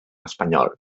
espanyol